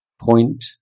point